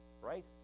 Right